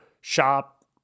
shop